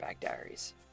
Diaries